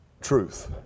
truth